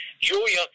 Julia